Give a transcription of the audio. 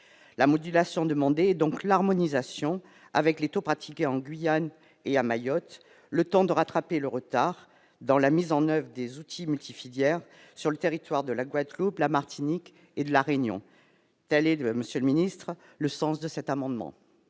la modulation, demandez donc l'harmonisation avec les taux pratiqués en Guyane et à Mayotte, le temps de rattraper le retard dans la mise en oeuvre des outils multi-filières sur le territoire de la Guadeloupe, la Martinique et la Réunion, telle est le monsieur le ministre, le sens de cet amendement.